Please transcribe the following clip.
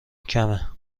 کمه